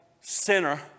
sinner